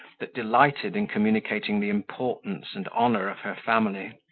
that delighted in communicating the importance and honour of her family,